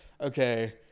okay